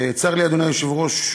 צר לי, אדוני היושב-ראש,